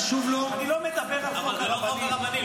היה חשוב לו --- אני לא מדבר על חוק הרבנים.